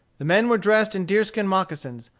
the men were dressed in deerskin moccasins,